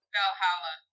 Valhalla